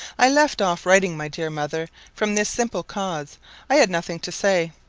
i left off writing, my dear mother, from this simple cause i had nothing to say.